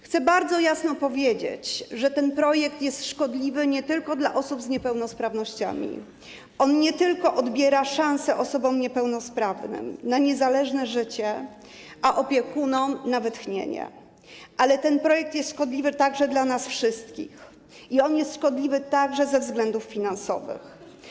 Chcę bardzo jasno powiedzieć, że ten projekt jest szkodliwy nie tylko dla osób z niepełnosprawnościami, nie tylko odbiera szansę osobom niepełnosprawnym na niezależne życie, a opiekunom na wytchnienie, ale jest szkodliwy także dla nas wszystkich, jest szkodliwy także ze względów finansowych.